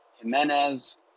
Jimenez